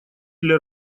для